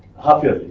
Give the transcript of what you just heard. hundred